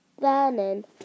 Vernon